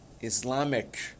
Islamic